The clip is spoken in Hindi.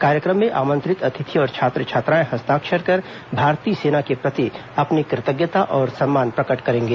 कार्यक्रम में आमंत्रित अतिथि और छात्र छात्राएं हस्ताक्षर कर भारतीय सेना के प्रति अपनी कृतज्ञता और सम्मान प्रकट करेंगे